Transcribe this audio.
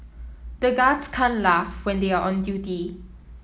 the guards can't laugh when they are on duty